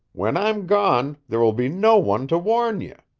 when i'm gone there will be no one to warn ye.